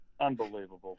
Unbelievable